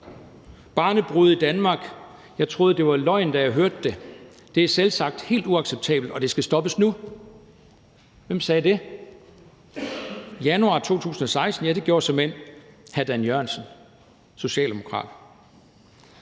Barnebrude i Danmark. Jeg troede, det var løgn, da jeg hørte det. Det er selvsagt helt uacceptabelt, og det skal stoppes nu. Ja, det gjorde såmænd socialdemokraten